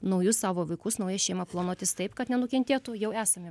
naujus savo vaikus naują šeimą planuotis taip kad nenukentėtų jau esami